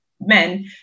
men